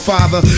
Father